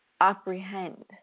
apprehend